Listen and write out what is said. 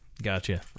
Gotcha